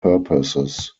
purposes